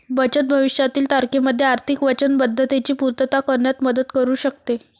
बचत भविष्यातील तारखेमध्ये आर्थिक वचनबद्धतेची पूर्तता करण्यात मदत करू शकते